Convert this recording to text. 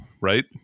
right